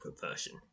version